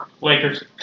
Lakers